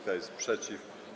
Kto jest przeciw?